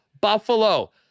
buffalo